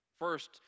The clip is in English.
First